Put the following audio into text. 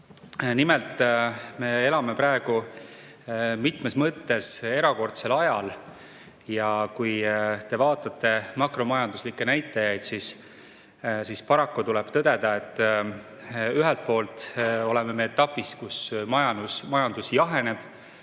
me elame praegu mitmes mõttes erakordsel ajal. Kui te vaatate makromajanduslikke näitajaid, siis paraku tuleb tõdeda, et ühelt poolt oleme etapis, kus majandus jaheneb.